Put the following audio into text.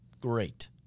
Great